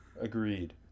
Agreed